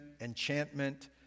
enchantment